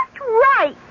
right